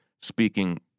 speaking